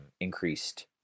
increased